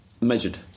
measured